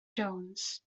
jones